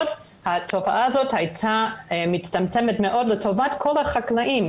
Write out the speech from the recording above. התופעה הזאת הייתה מצטמצמת מאוד לטובת כל החקלאים,